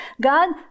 God